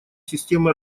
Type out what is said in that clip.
системы